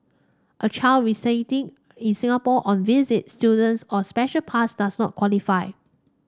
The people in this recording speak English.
a child residing in Singapore on a visit student's or special pass does not qualify